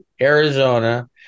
Arizona